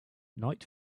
night